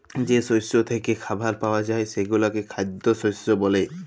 যে শস্য থ্যাইকে খাবার পাউয়া যায় সেগলাকে খাইদ্য শস্য ব্যলে